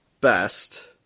best